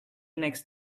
next